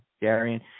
Darian